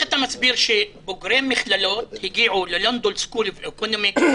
איך אתה מסביר שבוגרי מכללות הגיעו ללונדון סקול אקונומי,